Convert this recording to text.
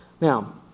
Now